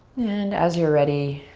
and as you're ready,